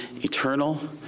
eternal